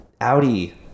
audi